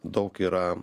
daug yra